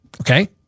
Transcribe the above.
Okay